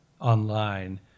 online